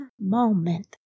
moment